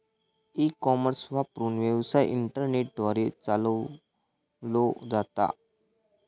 E commerce वापरून, व्यवसाय internet द्वारे चालवलो जाता